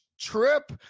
trip